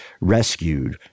rescued